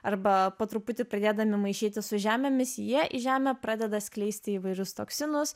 arba po truputį pradėdami maišytis su žemėmis jie į žemę pradeda skleisti įvairius toksinus